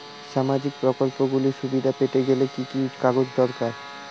সামাজীক প্রকল্পগুলি সুবিধা পেতে গেলে কি কি কাগজ দরকার?